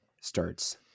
starts